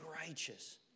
righteous